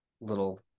little